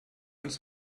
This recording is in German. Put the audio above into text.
uns